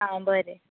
आं बरें